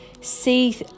see